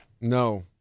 No